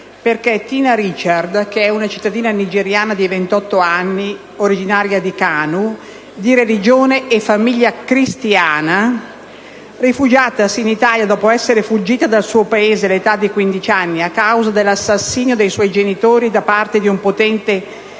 Tina Richard, una cittadina nigeriana di 28 anni, originaria di Kanu, di religione e famiglia cristiana, rifugiatasi in Italia dopo essere fuggita dal suo Paese all'età di 15 anni a causa dell'assassinio dei suoi genitori da parte di un potente e